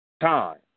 Time